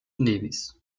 nevis